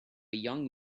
young